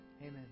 Amen